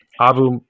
Abu